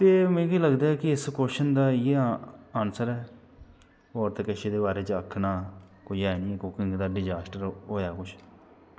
ते मिगी लगदा कि इस क्वश्चन दा इ'यै ऑनसर ऐ होर ते एह्दे बारे च किश आखना कोई ऐ निं ऐ कुकिंग दा डिज़ास्टर किश